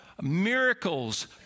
miracles